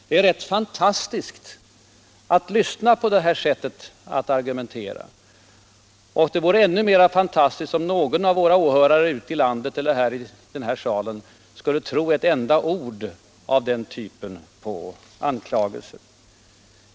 Det är rätt fantastiskt att lyssna på detta slags argumentation, och det vore ännu mera fantastiskt om någon enda av våra åhörare ute i landet eller i den här salen skulle tro ett enda ord av den typen av anklagelser.